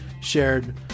shared